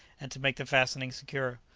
and to make the fastening secure.